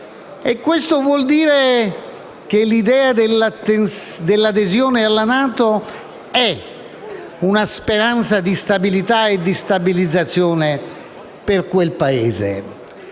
Questo vuol dire che l'idea dell'adesione alla NATO è una speranza di stabilità e di stabilizzazione per quel Paese.